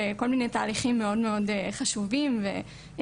וכל מיני תהליכים מאד מאד חשובים ומשמעותיים,